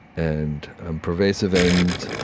and and pervasive, and